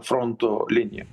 fronto liniją